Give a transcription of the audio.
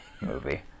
movie